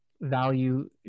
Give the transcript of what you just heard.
value